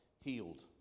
healed